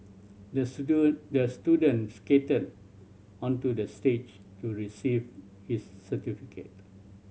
the the student skated onto the stage to receive his certificate